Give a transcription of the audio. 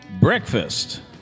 Breakfast